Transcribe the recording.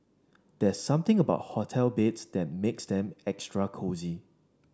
there's something about hotel beds that makes them extra cosy